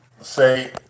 say